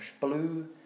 blue